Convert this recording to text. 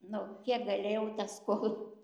kiek galėjau tą skolą